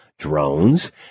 drones